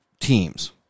teams